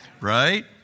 Right